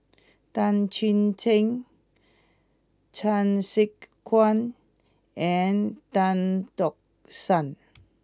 Tan Chuan Jin Chan Sek Keong and Tan Tock San